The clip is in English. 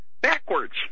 backwards